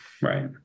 Right